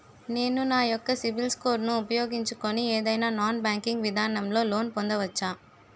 నేను నా యెక్క సిబిల్ స్కోర్ ను ఉపయోగించుకుని ఏదైనా నాన్ బ్యాంకింగ్ విధానం లొ లోన్ పొందవచ్చా?